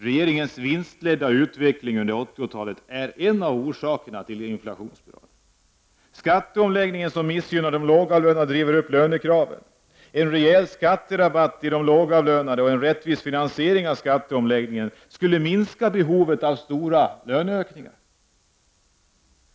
Regeringens vinstledda utveckling under 80-talet är en av orsakerna till inflationsspiralen. Skatteomläggningen, som missgynnar de lågavlönade, driver upp lönekraven. En rejäl skatterabatt till de lågavlönade och en rättvis finansiering av skatteomläggningen skulle minska behovet av stora löneökningar.